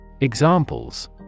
Examples